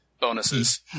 Bonuses